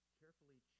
carefully